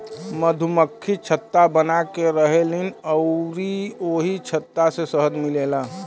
मधुमक्खि छत्ता बनाके रहेलीन अउरी ओही छत्ता से शहद मिलेला